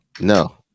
No